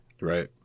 Right